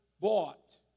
bought